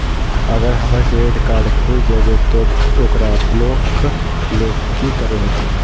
अगर हमर credit card भूल जइबे तो ओकरा ब्लॉक लें कि करे होते?